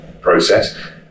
process